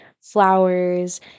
flowers